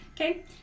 Okay